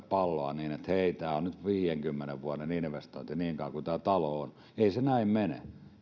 palloa että hei tämä on nyt viidenkymmenen vuoden investointi niin kauan kuin tämä talo on ei se näin mene